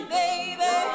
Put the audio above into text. baby